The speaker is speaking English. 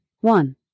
One